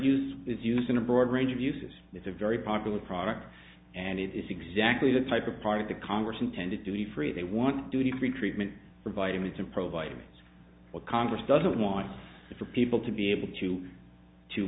use is used in a broad range of uses it's a very popular product and it is exactly the type of part of the congress intended to be free they want duty free treatment for vitamins and pro vitamins what congress doesn't want it for people to be able to to